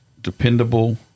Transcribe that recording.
dependable